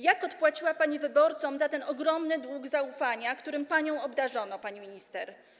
Jak odpłaciła pani wyborcom za ten ogromny dług zaufania, którym panią obdarzono, pani minister?